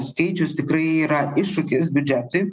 skaičius tikrai yra iššūkis biudžetui